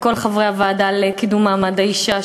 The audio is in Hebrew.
לכל חברי הוועדה לקידום מעמד האישה,